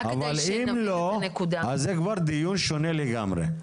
אבל אם לא, זה כבר דיון שונה לגמרי.